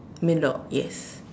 middle yes